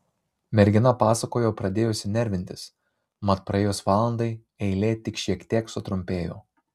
mergina pasakojo pradėjusi nervintis mat praėjus valandai eilė tik šiek tiek sutrumpėjo